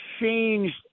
changed